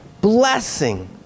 blessing